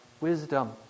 wisdom